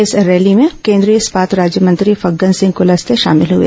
इस रैली में केन्द्रीय इस्पात राज्यमंत्री फग्गन सिंह कलस्ते शामिल हुए